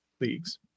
leagues